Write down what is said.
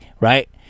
right